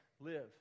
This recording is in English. live